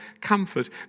comfort